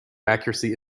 accuracy